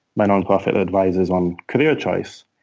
my nonprofit advises on career choice.